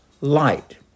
light